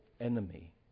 enemy